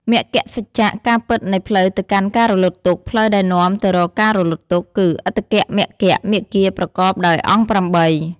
មគ្គសច្ចៈ ការពិតនៃផ្លូវទៅកាន់ការរលត់ទុក្ខ ផ្លូវដែលនាំទៅរកការរលត់ទុក្ខ គឺ អដ្ឋង្គិកមគ្គ មាគ៌ាប្រកបដោយអង្គ ៨។